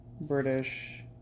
British